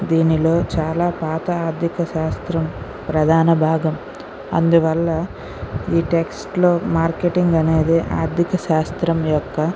దీనిలో చాలా పాత ఆర్థిక శాస్త్రం ప్రధాన భాగం అందువల్ల ఈ టెక్స్ట్లో మార్కెటింగ్ అనేది ఆర్థిక శాస్త్రం యొక్క